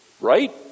Right